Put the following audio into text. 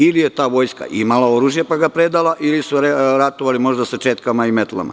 Ili je ta vojska imala oružje pa ga predala, ili su ratovali možda sa četkama i metlama.